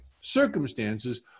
circumstances